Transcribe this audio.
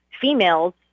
females